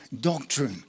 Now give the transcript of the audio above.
doctrine